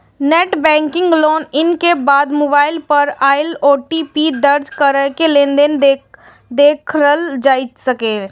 net banking log in के बाद mobile पर आयल ओ.टी.पी दर्ज कैरके लेनदेन देखल जा सकैए